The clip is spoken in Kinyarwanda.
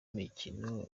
mikino